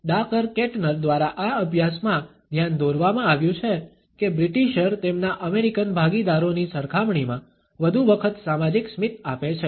Dacher Keltner દ્વારા આ અભ્યાસમાં ધ્યાન દોરવામાં આવ્યું છે કે બ્રિટિશર તેમના અમેરિકન ભાગીદારોની સરખામણીમાં વધુ વખત સામાજિક સ્મિત આપે છે